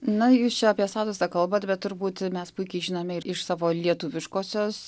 na jūs čia apie statusą kalbat bet turbūt mes puikiai žinome iš savo lietuviškosios